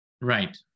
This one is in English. Right